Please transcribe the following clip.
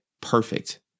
perfect